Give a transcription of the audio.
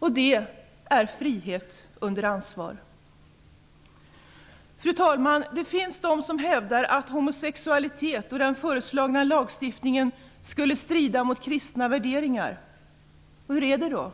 Det handlar om frihet under ansvar. Fru talman! Det finns de som hävdar att homosexualitet och den föreslagna lagstiftningen skulle strida mot kristna värderingar. Hur är det då?